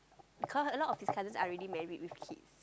because a lot of his cousins are already married with kids